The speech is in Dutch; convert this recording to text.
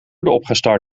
opgestart